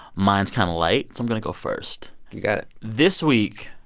mine is kind of light, so i'm going to go first you've got it this week,